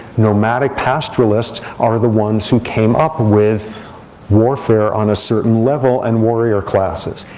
nomadic pastoralists are the ones who came up with warfare on a certain level, and warrior classes.